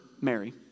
Mary